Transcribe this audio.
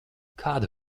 kāda